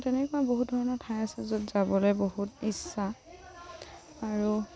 তেনেকুৱা বহুত ধৰণৰ ঠাই আছে য'ত যাবলৈ বহুত ইচ্ছা আৰু